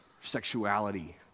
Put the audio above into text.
sexuality